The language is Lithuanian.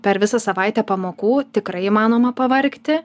per visą savaitę pamokų tikrai įmanoma pavargti